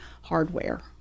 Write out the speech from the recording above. hardware